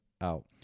out